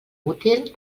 útil